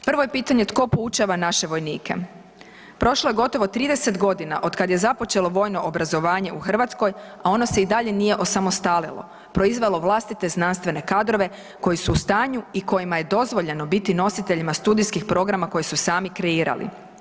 Prvo je pitanje tko poučava naše vojnike, prošlo je gotovo 30 godina od kada je započelo vojno obrazovanje u Hrvatskoj, a ono se i dalje nije osamostalilo, proizvelo vlastite znanstvene kadrove koji su u stanju i kojima je dozvoljeno biti nositelji studijskih programa koji su sami kreirali.